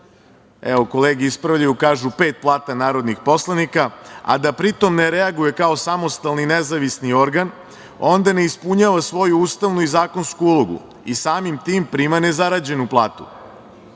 evo kolege ispravljaju, pet plata narodnih poslanika, a da pritom ne reaguje kao samostalni i nezavisni organ, onda ne ispunjava svoju ustavnu i zakonsku ulogu i samim tim prima nezarađenu platu. Zato